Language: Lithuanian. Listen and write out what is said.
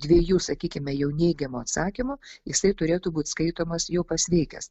dviejų sakykime jau neigiamų atsakymų jisai turėtų būt skaitomas jau pasveikęs